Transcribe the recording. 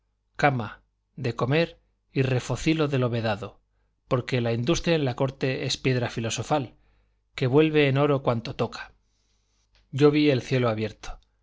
cama de comer y refocilo de lo vedado porque la industria en la corte es piedra filosofal que vuelve en oro cuanto toca yo vi el cielo abierto